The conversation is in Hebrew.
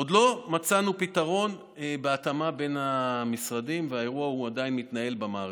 עוד לא מצאנו פתרון בהתאמה בין המשרדים והאירוע עדיין מתנהל במערכת.